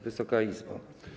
Wysoka Izbo!